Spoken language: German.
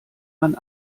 man